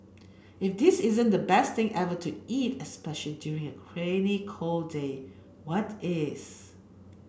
if this isn't the best thing ever to eat especially during a rainy cold day what is